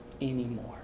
anymore